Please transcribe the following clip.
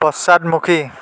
পশ্চাদমুখী